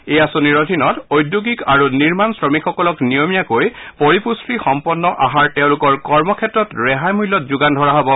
এই আঁচনিৰ অধীনত উদ্যোগিক আৰু নিৰ্মাণ শ্ৰমিকসকলক নিয়মীয়াকৈ পৰিপুষ্টি সম্পন্ন আহাৰ তেওঁলোকৰ কৰ্মক্ষেত্ৰত ৰেহাই মূল্যত যোগান ধৰা হ'ব